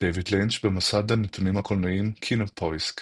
דייוויד לינץ', במסד הנתונים הקולנועיים KinoPoisk